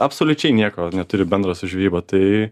absoliučiai nieko neturi bendro su žvejyba tai